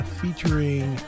featuring